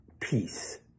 Peace